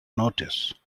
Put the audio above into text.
notice